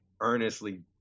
earnestly